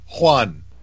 Juan